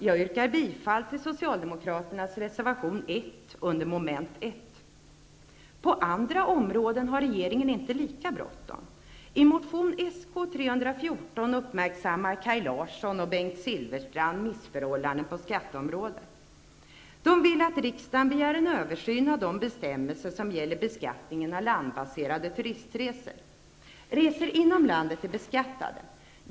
Jag yrkar bifall till socialdemokraternas reservation 1 under mom. 1. På andra områden har regeringen inte lika bråttom. Bengt Silfverstrand missförhållanden på skatteområdet. De vill att riksdagen begär en översyn av de bestämmelser som gäller beskattningen av landbaserade turistresor. Resor inom landet är beskattade.